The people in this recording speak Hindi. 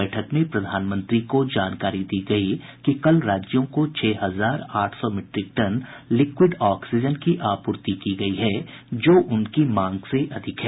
बैठक में प्रधानमंत्री को जानकारी दी गयी कि कल राज्यों को छह हजार आठ सौ मीट्रिक टन लिक्विड ऑक्सीजन की आपूर्ति की गयी है जो उनकी मांग से अधिक है